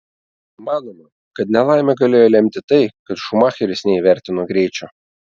manoma kad nelaimę galėjo lemti tai kad šumacheris neįvertino greičio